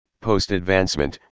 post-advancement